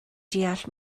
deall